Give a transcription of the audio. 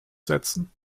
setzen